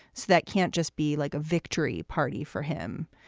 so that can't just be like a victory party for him.